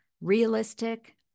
realistic